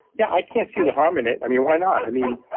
yeah, i can't see the harm in it. i mean, why not? i mean,